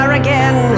again